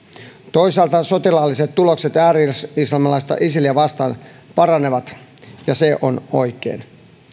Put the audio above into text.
toisaalta sotilaalliset tulokset ääri islamilaista isiliä vastaan paranevat ja se on oikein